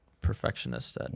perfectionist